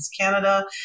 Canada